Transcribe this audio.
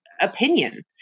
Opinion